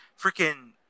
freaking